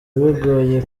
bigoye